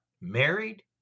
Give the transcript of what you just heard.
married